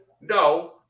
No